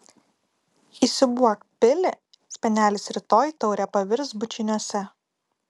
įsiūbuok pilį spenelis rytoj taure pavirs bučiniuose